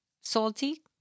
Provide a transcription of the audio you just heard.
salty